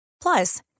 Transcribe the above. Plus